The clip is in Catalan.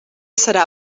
serà